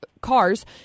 cars